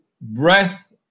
breath